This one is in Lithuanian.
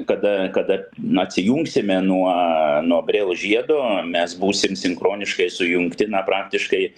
kada kada atsijungsime nuo nuo brell žiedo mes būsim sinchroniškai sujungti na praktiškai